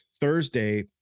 Thursday